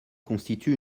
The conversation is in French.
constitue